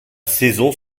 saison